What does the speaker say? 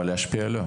אבל להשפיע לא.